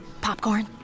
Popcorn